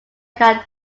can